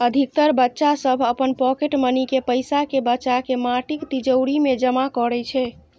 अधिकतर बच्चा सभ अपन पॉकेट मनी के पैसा कें बचाके माटिक तिजौरी मे जमा करै छै